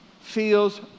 feels